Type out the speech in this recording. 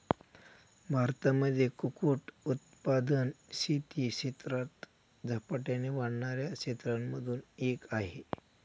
भारतामध्ये कुक्कुट उत्पादन शेती क्षेत्रात झपाट्याने वाढणाऱ्या क्षेत्रांमधून एक आहे